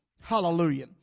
Hallelujah